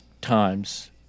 times